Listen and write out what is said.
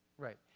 right.